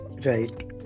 Right